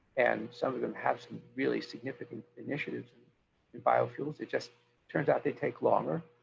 and some of them have some really significant initiatives and in biofuels. it just turns out they take longer.